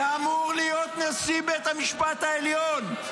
זה אמור להיות נשיא בית המשפט העליון,